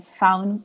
found